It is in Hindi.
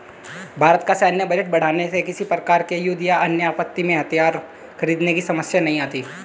भारत का सैन्य बजट बढ़ाने से किसी प्रकार के युद्ध या अन्य आपत्ति में हथियार खरीदने की समस्या नहीं आती